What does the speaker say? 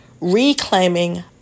reclaiming